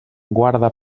guarda